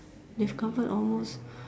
he has covered almost